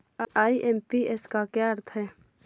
IMPS का क्या अर्थ है?